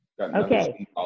Okay